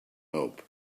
help